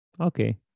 Okay